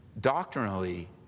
doctrinally